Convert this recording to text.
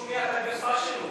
ועורך-דין שלא שומע את הגרסה שלו.